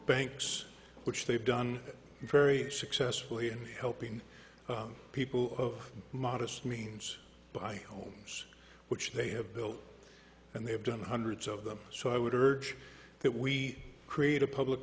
banks which they've done very successfully in helping people of modest means by homes which they have built and they have done hundreds of them so i would urge that we create a public